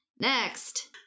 Next